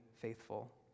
faithful